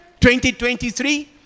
2023